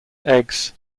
eggs